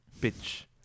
Pitch